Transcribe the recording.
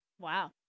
Wow